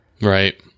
Right